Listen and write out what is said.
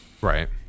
Right